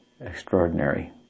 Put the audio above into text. extraordinary